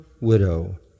widow